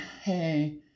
Hey